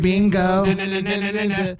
Bingo